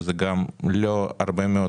להערכתי זה גם לא הרבה מאוד